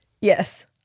Yes